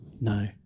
No